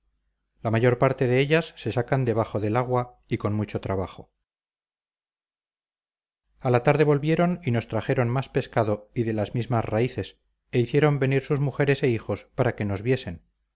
la mayor parte de ellas se sacan de bajo del agua y con mucho trabajo a la tarde volvieron y nos trajeron más pescado y de las mismas raíces e hicieron venir sus mujeres e hijos para que nos viesen